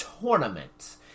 tournament